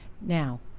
Now